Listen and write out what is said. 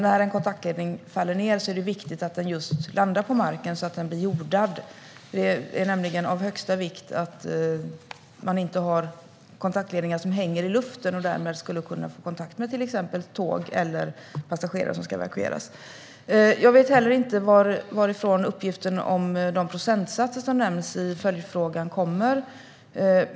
När en kontaktledning faller ned är det nämligen viktigt att den landar på marken så att den blir jordad. Det är av högsta vikt att man inte har kontaktledningar som hänger i luften och därmed skulle kunna få kontakt med till exempel tåg eller passagerare som ska evakueras. Jag vet heller inte varifrån uppgiften om de procentsatser som nämns i följdfrågan kommer.